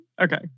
Okay